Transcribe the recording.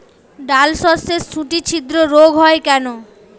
ডালশস্যর শুটি ছিদ্র রোগ হয় কেন?